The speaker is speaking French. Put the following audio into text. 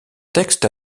textes